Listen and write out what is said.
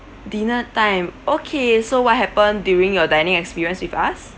dinner time okay so what happened during your dining experience with us